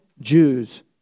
Jews